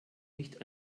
nicht